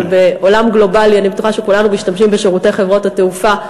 אבל בעולם גלובלי אני בטוחה שכולנו משתמשים בשירותי חברות התעופה.